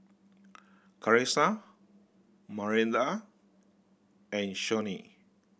Carisa Maranda and Shawnee